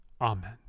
Amen